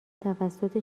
توسط